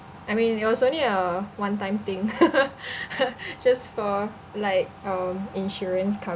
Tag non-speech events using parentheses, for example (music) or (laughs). I mean it was only a one time thing (laughs) just for like um insurance